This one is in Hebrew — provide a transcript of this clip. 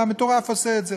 והמטורף עושה את זה.